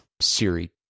Siri